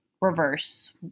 reverse